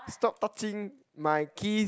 stop touching my keys